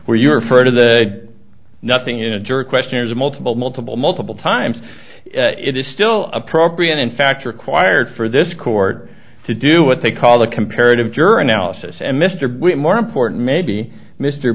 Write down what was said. where you're afraid of the nothing in a jury questionnaires a multiple multiple multiple times it is still appropriate in fact required for this court to do what they call the comparative juror analysis and mr more important maybe mr